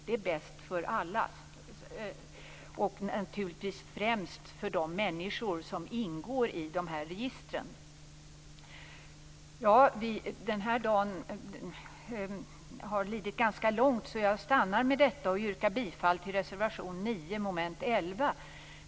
Det är bäst för alla, och främst för de människor som ingår i dessa register. Den här dagen har lidit ganska långt. Jag stannar med detta och yrkar bifall till reservation 9 under mom. 11.